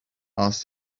asked